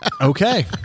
Okay